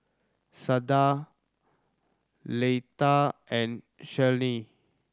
Sada Leitha and Cheryl